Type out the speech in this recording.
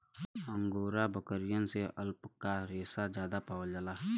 angora बकरियन से alpaca रेसा जादा पावल जाला